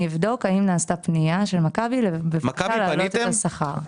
אני אבדוק אם נעשתה פנייה של מכבי להעלות את השכר.